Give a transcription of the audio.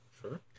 sure